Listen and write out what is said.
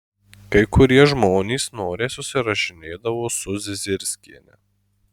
kai kurie žmonės noriai susirašinėdavo su zizirskiene